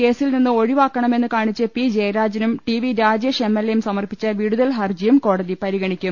കേസിൽ നിന്ന് ഒഴിവാക്കണമെന്ന് കാണിച്ച് പി ജയരാജനും T V Rajesh M L എയും സമർപ്പിച്ച വിടു തൽ ഹർജിയും കോടതി പരിഗണിക്കും